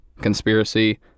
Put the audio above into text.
conspiracy